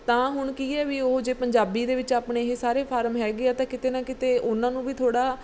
ਤਾਂ ਹੁਣ ਕੀ ਹੈ ਵੀ ਉਹ ਜੇ ਪੰਜਾਬੀ ਦੇ ਵਿੱਚ ਆਪਣੇ ਇਹ ਸਾਰੇ ਫਾਰਮ ਹੈਗੇ ਆ ਤਾਂ ਕਿਤੇ ਨਾ ਕਿਤੇ ਉਹਨਾਂ ਨੂੰ ਵੀ ਥੋੜ੍ਹਾ